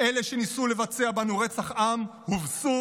אלה שניסו לבצע בנו רצח עם הובסו.